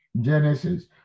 Genesis